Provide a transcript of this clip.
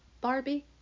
barbie